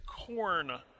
Corn